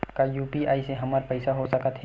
का यू.पी.आई से हमर पईसा हो सकत हे?